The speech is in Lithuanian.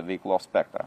veiklos spektrą